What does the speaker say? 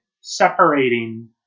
separating